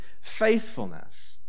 faithfulness